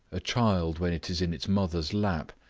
a child when it is in its mother's lap,